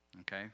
Okay